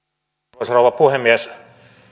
arvoisa rouva puhemies